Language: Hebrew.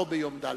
או ביום רביעי.